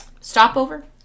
Stopover